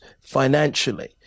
financially